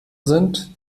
sind